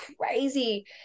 crazy